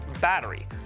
battery